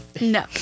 no